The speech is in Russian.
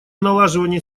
налаживание